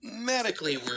medically